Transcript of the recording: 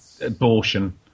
abortion